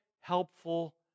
helpful